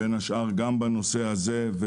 בין השאר גם בנושא הזה.